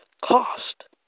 cost